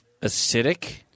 acidic